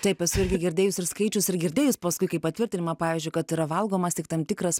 taip esu girdėjus ir skaičius ir girdėjus paskui kaip patvirtinimą pavyzdžiui kad yra valgomas tik tam tikras